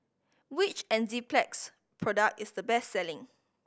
which Enzyplex product is the best selling